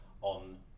on